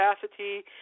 capacity